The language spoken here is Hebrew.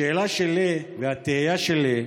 השאלה שלי והתהייה שלי: